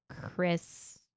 Chris